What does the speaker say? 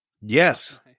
Yes